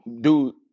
dude